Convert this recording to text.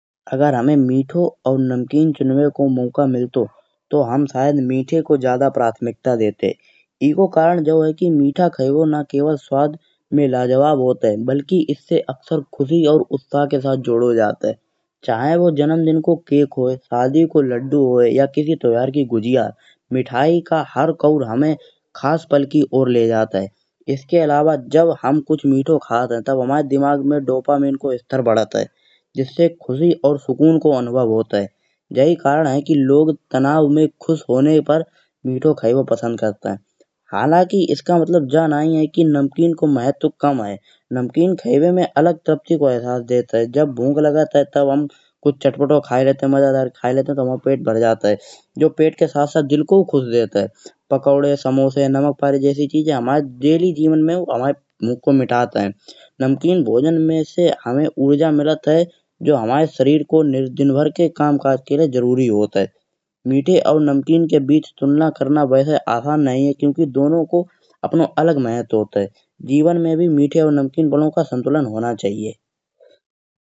अगर हमें मीठो और नमकीन चुनबे को मौका मिलतो तो हम शायद मीठे को जादा प्राथमिकता देते। एको कारण जो है कि मीठा खाएबो न केवल स्वाद में लाजवाब होत है। बल्कि इसे अक्सर खुशी और उत्साह के साथ जोडो जात है। चाहे वो जनमदिन को केक होए शादी को लड्डू होए या किसी त्योहार की गुजिया। मिठाई का हर कौर हमें खास पल की ओर ले जात है इसके अलावा जब हम मीठो खात है। तब हुमाय दिमाग में डोपामिन को स्तर बढ़त है जिससे खुशी और सुकून को अनुभव होत है। जे ही कारण है लोग तनाव में खुश होने पर मीठो खाएबो पसंद करत है। हालांकि इसका मतलब ज नइ है कि नमकीन को महत्त्व कम है। नमकीन को खायेबे में अलग को एहसास देत है। जब भूख लगत है तब हम कुछ चटपटो खाए लेत है मजेदार खाए लेत है तो हुमाओ पेट भर जात है। जो पेट के साथ साथ दिल को खुशी देत है। पकौड़े, समोसे, नमकपारे जैसी चीजे हुमाए डेली जीवन में हुमाए भूख को मिटत है। नमकीन भोजने में से हमें ऊर्जा मिलत है। जो हुमाए शरीर के दिनभर के काम काज के लाए जरूरी होत है। मीठे और नमकीन के बीच तुलना करना वैसे आसान नहीं है क्योंकि दोनों को अपनो अलग महत्त्व होत है। जीवन में भी नमकीन और मीठे दोनों का संतुलन होना चाहिए।